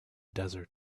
desert